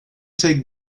take